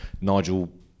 Nigel